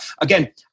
again